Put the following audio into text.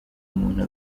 umuntu